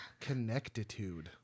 connectitude